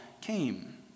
came